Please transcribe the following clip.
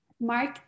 mark